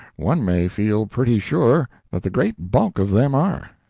one may feel pretty sure that the great bulk of them are.